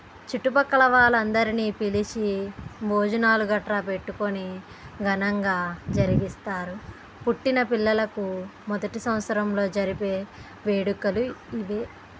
చుట్టుపక్కల వాళ్ళందరిని పిలిచి భోజనాలు గట్ర పెట్టుకోని ఘనంగా జరిగిస్తారు పుట్టిన పిల్లలకు మొదటి సంవత్సరంలో జరిపే వేడుకలు ఇవి